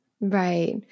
Right